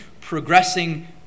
progressing